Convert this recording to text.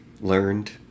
learned